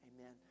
Amen